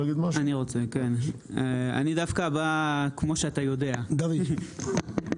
כמו שאתה יודע, דוד,